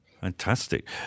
Fantastic